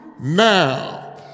now